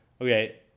okay